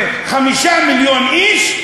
ב-5 מיליון איש,